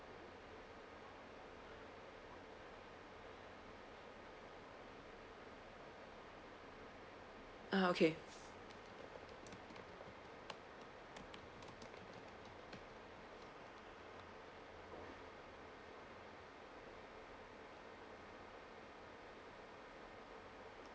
ah okay